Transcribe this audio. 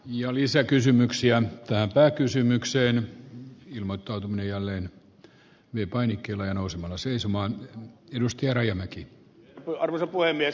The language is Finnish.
jo lisäkysymyksiään kysymykseen ilmoittautuminen jälleen myi painikkeella ja nousi seisomaan rennosti ja rajamäki arvoisa puhemies